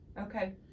Okay